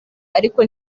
ariko